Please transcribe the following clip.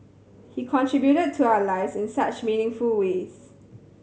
he contributed to our lives in such meaningful ways